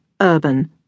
Urban